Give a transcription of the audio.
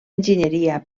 enginyeria